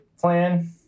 plan